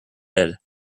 head